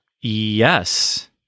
yes